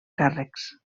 càrrecs